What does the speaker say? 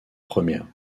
première